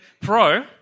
pro